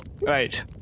Right